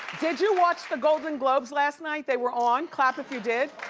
did you watch the golden globes last night? they were on. clap if you did.